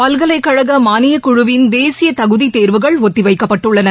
பல்கலைக்கழக மானியக் குழுவின் தேசிய தகுதித் தேர்வுகள் ஒத்தி வைக்கப்பட்டுள்ளன